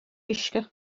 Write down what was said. uisce